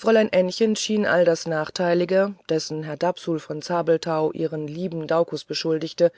fräulein ännchen schien all das nachteilige dessen herr dapsul von zabelthau ihren lieben daucus beschuldigte